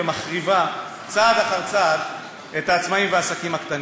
ומחריבה צעד אחר צעד את העצמאים והעסקים הקטנים.